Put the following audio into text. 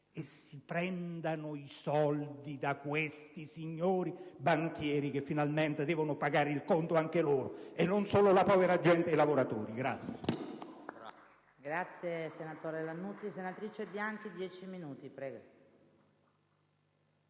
e prendendo i soldi da questi signori banchieri, che finalmente devono pagare il conto anche loro, e non solo la povera gente e i lavoratori!